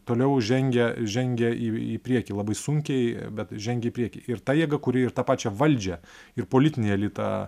toliau žengia žengia į į priekį labai sunkiai bet žengia į priekį ir ta jėga kuri ir tą pačią valdžią ir politinį elitą